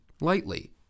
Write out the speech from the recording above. lightly